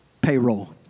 payroll